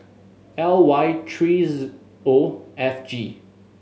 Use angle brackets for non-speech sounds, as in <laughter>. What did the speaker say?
L Y three <hesitation> O F G